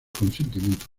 consentimiento